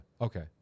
okay